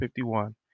51